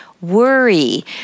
worry